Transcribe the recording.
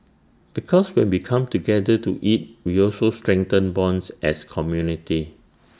because when we come together to eat we also strengthen bonds as community